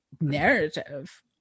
narrative